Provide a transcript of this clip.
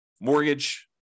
mortgage